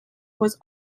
was